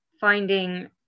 finding